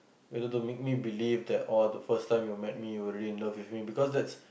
you know to make me believe that all the first time you met me you were really in love with me because that's